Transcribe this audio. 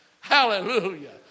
Hallelujah